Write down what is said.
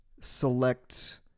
select